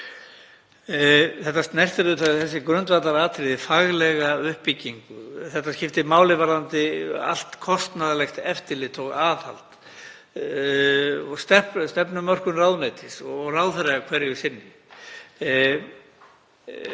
Þetta snertir auðvitað grundvallaratriði, faglega uppbyggingu. Þetta skiptir máli varðandi allt kostnaðarlegt eftirlit og aðhald, stefnumörkun ráðuneytis og ráðherra hverju sinni.